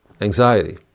anxiety